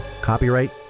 Copyright